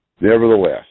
nevertheless